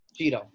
Cheeto